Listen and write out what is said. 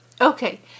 Okay